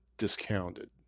discounted